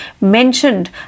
mentioned